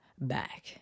back